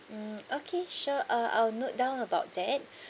mm okay sure uh I'll note down about that